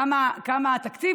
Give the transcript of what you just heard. כמה התקציב?